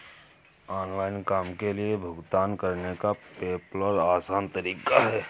online काम के लिए भुगतान करने का पेपॉल आसान तरीका है